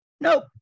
Nope